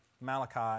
Malachi